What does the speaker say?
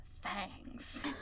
Thanks